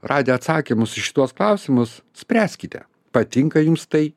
radę atsakymus į šituos klausimus spręskite patinka jums tai